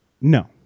No